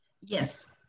Yes